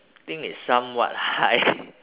think it's somewhat high